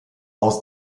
aus